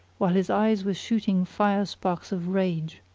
while his eyes were shooting fire sparks of rage.